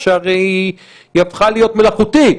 שהרי היא הפכה להיות מלאכותית.